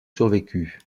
survécu